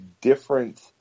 different